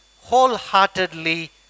wholeheartedly